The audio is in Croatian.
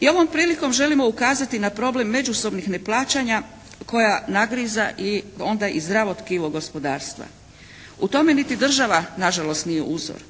I ovom prilikom želimo ukazati na problem međusobnih neplaćanja koja nagriza i onda i zdravo tkivo gospodarstva. U tome niti država nažalost nije uzor.